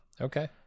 Okay